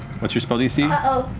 what's your spell dc?